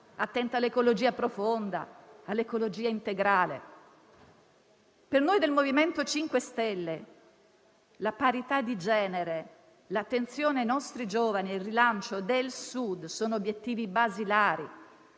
attenta all'ecologia profonda, all'ecologia integrale. Per noi del MoVimento 5 Stelle la parità di genere, l'attenzione ai nostri giovani e il rilancio del Sud sono obiettivi basilari.